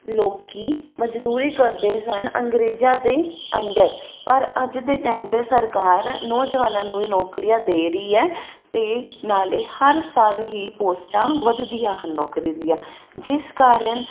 ਲੋਕ ਮਜ਼ਦੂਰੀ ਕਰਦੇ ਸਨ ਅੰਗਰੇਜ਼ਾਂ ਦੇ ਅੰਡਰ ਪਰ ਅੱਜ ਦੇ ਟਾਈਮ 'ਤੇ ਸਰਕਾਰ ਨੌਜਵਾਨਾਂ ਨੂੰ ਵੀ ਨੌਕਰੀਆਂ ਦੇ ਰਹੀ ਹੈ ਅਤੇ ਨਾਲੇ ਹਰ ਸਾਲ ਹੀ ਪੋਸਟਾਂ ਵੱਧਦੀਆਂ ਹਨ ਨੌਕਰੀ ਦੀਆਂ ਜਿਸ ਕਾਰਨ